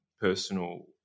personal